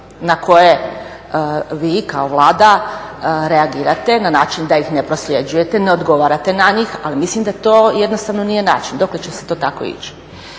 na koje vi kao Vlada reagirate na način da ih ne prosljeđujete, ne odgovarate na njih, ali mislim da to jednostavno nije način. Dokle će se to tako ići?